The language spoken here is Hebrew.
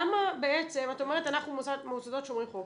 אנחנו מוסדות שומרים חוק,